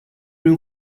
room